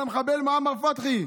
של המחבל מועמר פתחי.